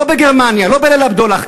לא בגרמניה, לא ב"ליל הבדולח".